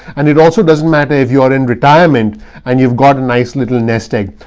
and it also doesn't matter if you are in retirement and you've got a nice little nest egg.